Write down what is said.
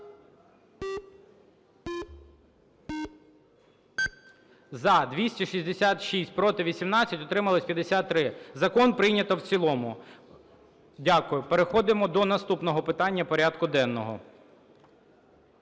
За-266 Проти – 18, утримались – 53. Закон прийнято в цілому. Дякую. Переходимо до наступного питання порядку денного.